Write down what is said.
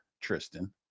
Tristan